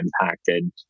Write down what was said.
impacted